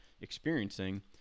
experiencing